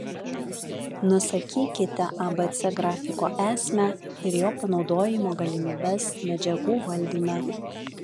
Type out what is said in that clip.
nusakykite abc grafiko esmę ir jo panaudojimo galimybes medžiagų valdyme